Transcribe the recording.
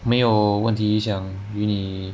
没有问题想与你